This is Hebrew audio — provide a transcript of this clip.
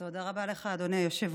תודה רבה לך, אדוני היושב-ראש.